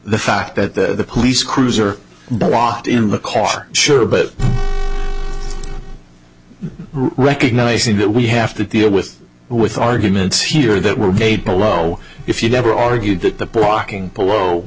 the fact that the police cruiser brought in the coffee sure but recognizing that we have to deal with with arguments here that were made below if you never argued that the blocking below